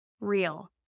real